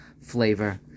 flavor